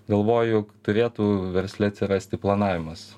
galvoju turėtų versle atsirasti planavimas